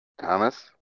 Thomas